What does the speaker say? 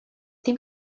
dim